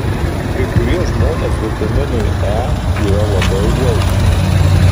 kai kurie žmonės vitaminui e yra labai jautrūs